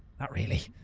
not really.